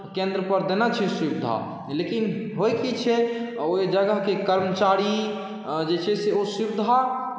केन्द्रपर देने छै सुविधा लेकिन होइत की छै ओ ओहि जगहके कर्मचारी जे छै से ओ सुविधा